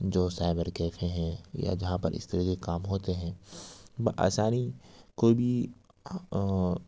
جو cyber cafe ہے یا جہاں پر اس طریقے کے کام ہوتے ہیں بہ آسانی کوئی بھی